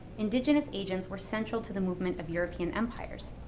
indigenous agents were central to the movement of european empires,